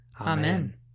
Amen